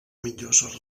millors